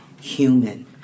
human